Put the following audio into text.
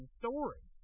story